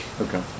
Okay